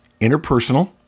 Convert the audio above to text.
interpersonal